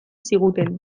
ziguten